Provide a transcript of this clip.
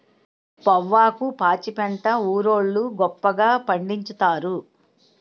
పొవ్వాకు పాచిపెంట ఊరోళ్లు గొప్పగా పండిచ్చుతారు